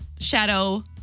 Shadow